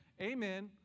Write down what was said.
amen